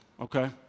Okay